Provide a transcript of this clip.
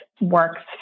works